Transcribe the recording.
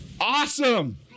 awesome